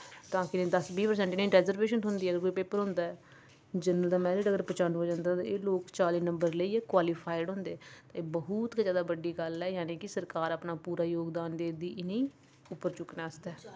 तां फिर दस बीह् परसैंट इ'नेंगी रैजरवेशन थ्होंदी जंदू पेपर होंदा ऐ जर्नल दा मैरट अगर पचानुए जंदा ऐ तां एह् लोक चाली नंबर लेइयै क्वालीफइड होंदे ते बहुत गै बड्डी गल्ल ऐ यानी कि सरकार अपना पूरा जोगदान देआ दी इ'नेंगी उप्पर चुकने आस्तै